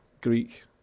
Greek